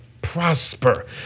prosper